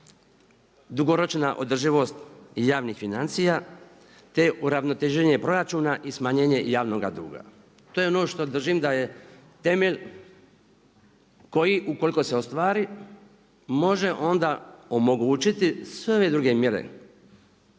dugoročna održivost javnih financija te uravnoteženje proračuna i smanjenje javnog duga. To je ono što držim da je temelj koji ukoliko se ostvari može onda omogućiti sve ove druge mjere